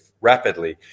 rapidly